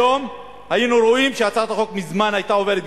היום היינו רואים שהצעת החוק מזמן עברה,